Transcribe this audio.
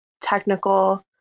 technical